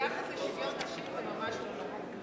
ביחס לשוויון נשים, זה ממש לא נכון.